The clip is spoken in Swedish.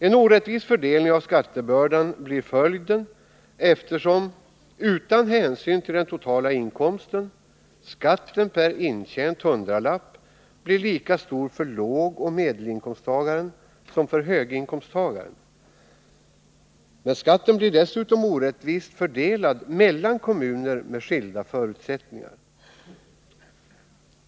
En oråttvis fördelning av skattebördan blir följden, eftersom — utan hänsyn till den totala inkomsten — skatten per intjänt hundralapp blir lika stor för lågoch medelinkomsttagaren som för höginkomsttagaren, Men skatten blir dessutom orättvist fördelad mellan kommuner med skilda förutsättningar.